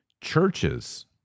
Churches